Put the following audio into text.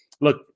Look